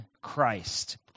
Christ